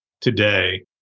today